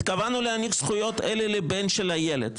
התכוונו להעניק זכויות אלה לבן של הילד,